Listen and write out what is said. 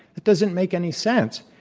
it doesn't make any sense.